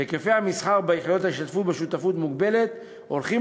והיקפי המסחר ביחידות ההשתתפות בשותפות מוגבלת הולכים